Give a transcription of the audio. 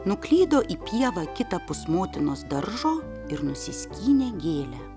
nuklydo į pievą kitapus motinos daržo ir nusiskynė gėlę